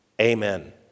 Amen